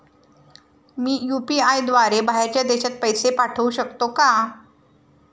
मी UPI द्वारे बाहेरच्या देशात पैसे पाठवू शकतो का?